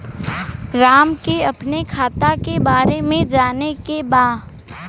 राम के अपने खाता के बारे मे जाने के बा?